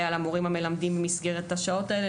על המורים המלמדים במסגרת השעות האלה,